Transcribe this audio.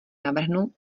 navrhnu